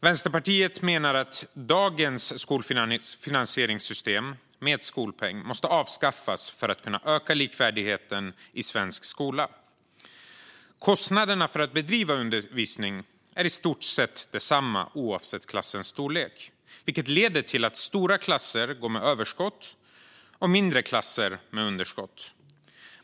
Vänsterpartiet menar att dagens skolfinansieringssystem med skolpeng måste avskaffas för att likvärdigheten i svensk skola ska kunna öka. Kostnaderna för att bedriva undervisning är i stort sett desamma oavsett klassens storlek, vilket leder till att stora klasser går med överskott och mindre klasser med underskott.